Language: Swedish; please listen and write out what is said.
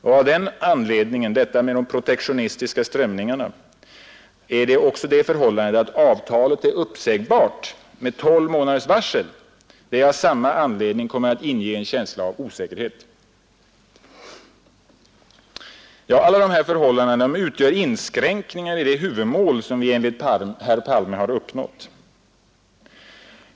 Att avtalet är uppsägbart med 12 månaders varsel kommer av samma anledning — detta med de protektionistiska strömningarna — att inge en känsla av osäkerhet. Alla dessa förhållanden utgör inskränkningar i det huvudmål som vi enligt herr Palme har uppnått.